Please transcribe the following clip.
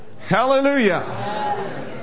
Hallelujah